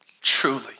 truly